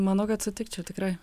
manau kad sutikčiau tikrai